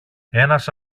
ένας